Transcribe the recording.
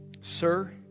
Sir